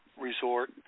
resort